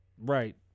Right